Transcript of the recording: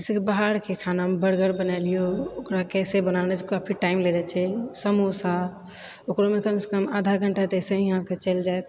जैसेकि बाहरके खानामे बर्गर बना लियौ ओकरा कैसे बनाना छै काफी टाइम लगै छै समोसा ओकरोमे तऽ कम सँ कम आधा घण्टा ऐसे ही अहाँके चलि जाइत